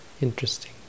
interesting